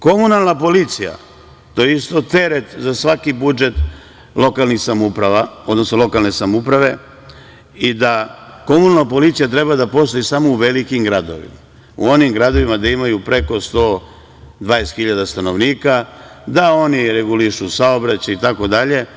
Komunalna policija, to je isto teret za svaki budžet lokalnih samouprava, odnosno lokalne samouprave i da komunalna policija treba da postoji samo u velikim gradovima, u onim gradovima gde ima preko 120 hiljada stanovnika, da oni regulišu saobraćaj.